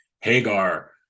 Hagar